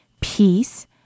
peace